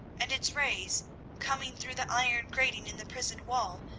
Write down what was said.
and, its rays coming through the iron grating in the prison wall,